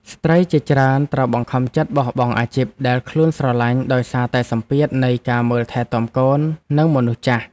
ស្ត្រីជាច្រើនត្រូវបង្ខំចិត្តបោះបង់អាជីពដែលខ្លួនស្រឡាញ់ដោយសារតែសម្ពាធនៃការមើលថែទាំកូននិងមនុស្សចាស់។